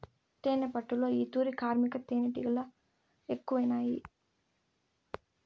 తేనెపట్టులో ఈ తూరి కార్మిక తేనీటిగలె ఎక్కువైనాయి